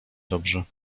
dobrze